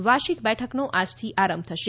વાર્ષિક બેઠકનો આજથી આરંભ થશે